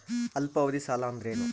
ಅಲ್ಪಾವಧಿ ಸಾಲ ಅಂದ್ರ ಏನು?